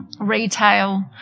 retail